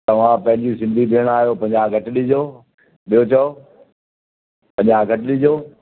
तव्हां पंहिंजी सिंधी भेण आहियो पंजाह घटि ॾिजो ॿियो चओ पंजाह घटि ॾिजो